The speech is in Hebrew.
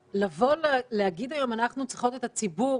לבוא, להגיד היום, אנחנו צריכים את הציבור,